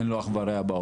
אין לו אח ורע בעולם,